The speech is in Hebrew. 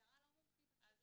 המשטרה לא מומחית עכשיו